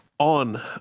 On